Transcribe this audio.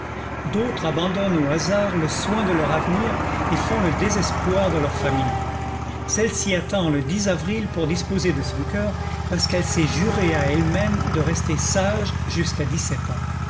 d'autres abandonnent au hasard le soin de leur avenir et font le désespoir de leur famille celle-ci attend le avril pour disposer de son cœur parce qu'elle s'est juré à ellemême de rester sage jusqu'à dix-sept ans